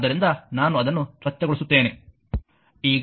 ಆದ್ದರಿಂದ ನಾನು ಅದನ್ನು ಸ್ವಚ್ಛಗೊಳಿಸುತ್ತೇನೆ